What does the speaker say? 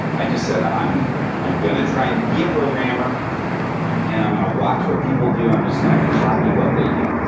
i just said, i'm i'm going to try and be a programmer and i'm going to watch what people do. i'm just going to copy what they do.